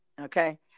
okay